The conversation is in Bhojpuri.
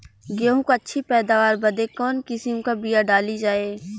गेहूँ क अच्छी पैदावार बदे कवन किसीम क बिया डाली जाये?